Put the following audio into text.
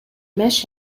mesh